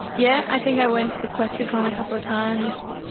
yeah i think i went to the questacon a couple of times.